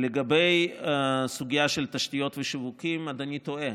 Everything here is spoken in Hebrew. לגבי הסוגיה של תשתיות ושיווקים, אדוני טועה.